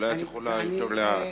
אולי את יכולה יותר לאט.